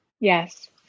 Yes